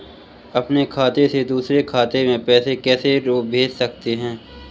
अपने खाते से दूसरे खाते में पैसे कैसे भेज सकते हैं?